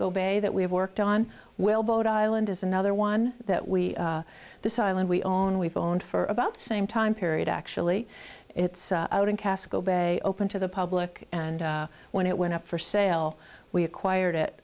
bay that we have worked on well boat island is another one that we this island we own we've owned for about the same time period actually it's out in casco bay open to the public and when it went up for sale we acquired it